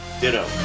Ditto